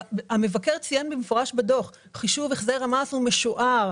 המבקר ציין בדוח במפורש שחישוב החזר המס הוא משוער,